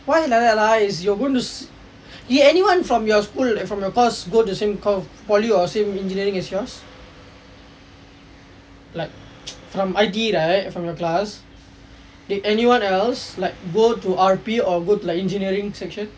why you like that ah did anyone from your school eh from your class go to same course same engineering as yours like from I_T_E right your class did anyone else like go to R_P or like go to engineering section